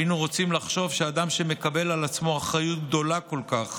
היינו רוצים לחשוב שאדם שמקבל על עצמו אחריות גדולה כל כך